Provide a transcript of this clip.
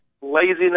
laziness